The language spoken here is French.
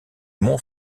mont